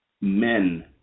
men